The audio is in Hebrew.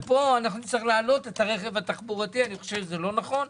פה נצטרך להעלות את הרכב התחבורתי ואני חושב שזה לא נכון.